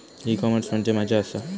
E commerce म्हणजे मझ्या आसा?